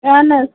اہن حظ